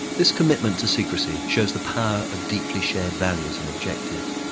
this commitment to secrecy shows the power of deeply shared values and objectives,